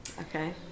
okay